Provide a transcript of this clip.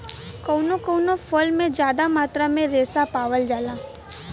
कउनो कउनो फल में जादा मात्रा में रेसा पावल जाला